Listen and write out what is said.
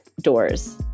doors